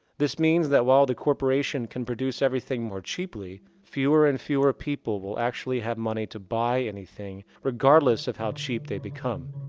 this means that, while the corporation can produce everything more cheaply, fewer and fewer people will actually have money to buy anything regardless of how cheap they become.